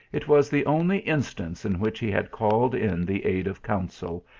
it was the only in stance in which he had called in the aid of counsel,